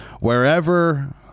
wherever